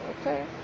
okay